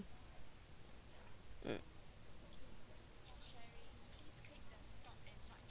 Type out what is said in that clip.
mm